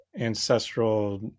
ancestral